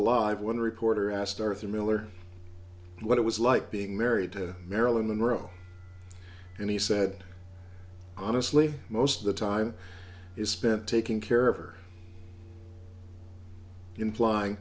alive when a reporter asked arthur miller what it was like being married to marilyn monroe and he said honestly most of the time is spent taking care of her imply